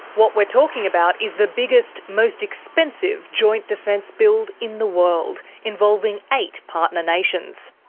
what we're talking about is the biggest, most expensive, joint defence build in the world, involving eight partner nations.